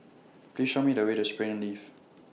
Please Show Me The Way to Springleaf